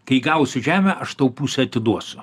kai gausiu žemę aš tau pusę atiduosiu